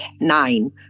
nine